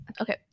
okay